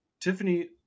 Tiffany